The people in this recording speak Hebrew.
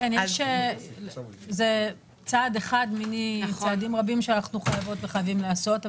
זה צעד אחד מיני רבים שאנחנו חייבות וחייבים לעשות.